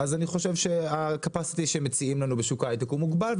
אז אני חושב שהקפסיטי שמציעים לנו בשוק ההיי-טק הוא מוגבל,